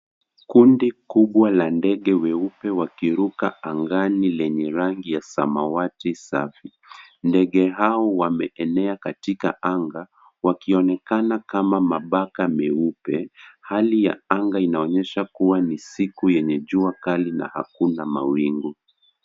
Kundi kubwa la ndege weupe wakiruka angani lenye rangi ya samawati safi. Ndege hao wameenea katika anga wakionekana kama mabaka meupe hali ya anga inaonyesha kuwa ni siku yenye jua kali na akuna mawingu.